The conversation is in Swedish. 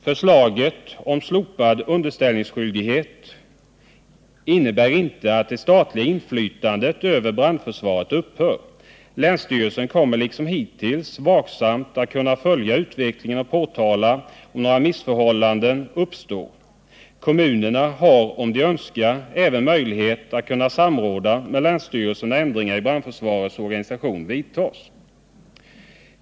Förslaget om slopad underställningsskyldighet innebär inte att det statliga inflytandet över brandförsvaret upphör. Länsstyrelsen kan liksom hittills vaksamt följa utvecklingen och påtala om några missförhållanden uppstår. Kommunerna kan, om de så önskar, samråda med länsstyrelsen när ändringar i brandförsvarets organisation vidtas.